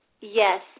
Yes